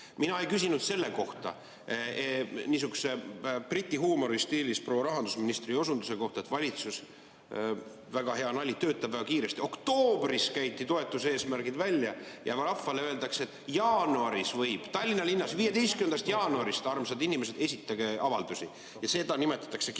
Mina ei küsinud niisuguses Briti huumori stiilis proua rahandusministri osunduse kohta, et valitsus – väga hea nali! – töötab väga kiiresti. Oktoobris käidi toetuse eesmärgid välja ja rahvale öeldakse, et jaanuaris võib [taotluse esitada], Tallinna linnas 15. jaanuarist, armsad inimesed, esitage avaldusi. Ja seda nimetatakse kiiruseks!